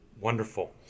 Wonderful